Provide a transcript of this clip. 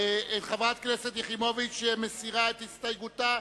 חברת הכנסת יחימוביץ מסירה את הסתייגותה,